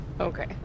Okay